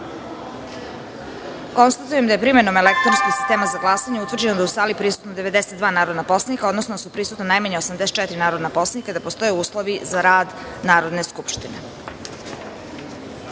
glasanje. Konstatujem da je, primenom elektronskog sistema za glasanje, utvrđeno da su u sali prisutna 92 narodna poslanika, odnosno da su prisutna najmanje 84 narodna poslanika i da postoje uslovi za rad Narodne skupštine. Saglasno